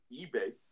eBay